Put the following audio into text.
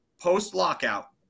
post-lockout